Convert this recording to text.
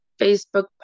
Facebook